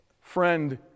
friend